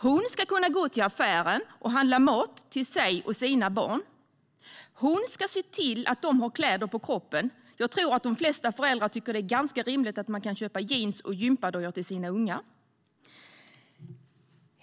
Hon ska kunna gå till affären och handla mat till sig och sina barn. Hon ska se till att de har kläder på kroppen. Jag tror att de flesta föräldrar tycker att det är ganska rimligt att man kan köpa jeans och gympadojor till sina ungar.